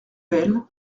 bayle